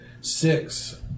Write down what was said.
Six